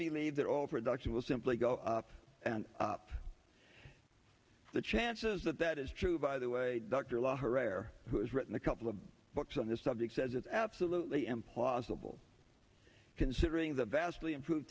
made their all production will simply go up and up the chances of that is true by the way dr la a rare who has written a couple of books on this subject says it's absolutely impossible considering the vastly improved